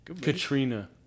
Katrina